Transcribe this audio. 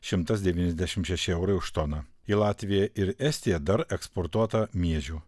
šimtas devyniasdešimt šeši eurai už toną į latviją ir estiją dar eksportuota miežių